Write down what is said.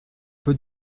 peu